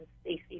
Stacey